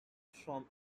from